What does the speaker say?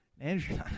Andrew